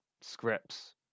scripts